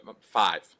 five